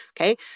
okay